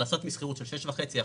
הכנסות משכירות של 6.5 אחוזים,